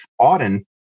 Auden